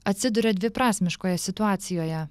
atsiduria dviprasmiškoje situacijoje